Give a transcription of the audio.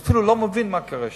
הוא אפילו לא מבין מה קורה שם.